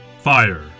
Fire